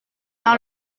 dans